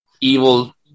evil